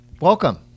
Welcome